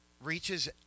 reaches